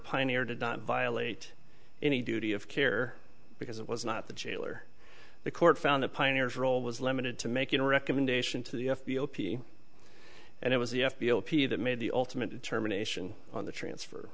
pioneer did not violate any duty of care because it was not the jail or the court found the pioneers role was limited to making a recommendation to the if the opi and it was the f b o p that made the ultimate determination on the transfer